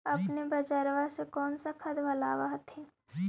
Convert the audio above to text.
अपने बजरबा से कौन सा खदबा लाब होत्थिन?